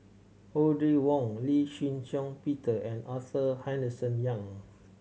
Audrey Wong Lee Shih Shiong Peter and Arthur Henderson Young